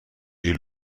est